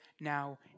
now